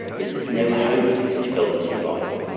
there's just no hope for such buildings surviving.